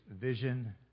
vision